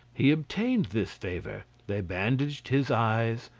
he obtained this favour they bandaged his eyes,